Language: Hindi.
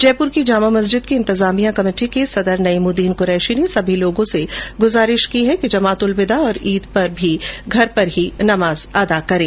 जयपुर की जामा मस्जिद की इंतिजामिया कमेटी के सदर नइमुद्दीन कुरेशी ने सभी लोगों से गुजारिश की है कि जमातुलविदा और ईद पर भी घर में ही नमाज अदा करें